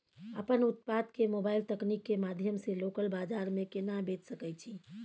अपन उत्पाद के मोबाइल तकनीक के माध्यम से लोकल बाजार में केना बेच सकै छी?